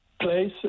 place